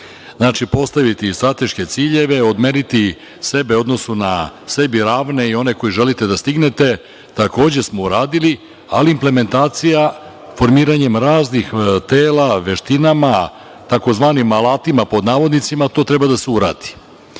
Znači, postaviti strateške ciljeve, odmeriti sebe u odnosu na sebi ravne i one koje želite da stignete, takođe smo uradili, ali implementacija formiranjem raznih tela veštinama, takozvanim „alatima“ to treba da se uradi.